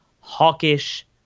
hawkish